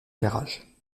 garage